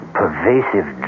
pervasive